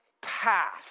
path